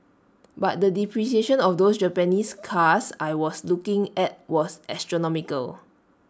but the depreciation of those Japanese cars I was looking at was astronomical